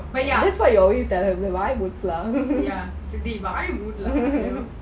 but ya டேய் வாய மூடு:dei vaaya moodu lah